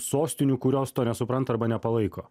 sostinių kurios to nesupranta arba nepalaiko